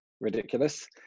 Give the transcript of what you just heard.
ridiculous